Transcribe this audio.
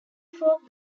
fork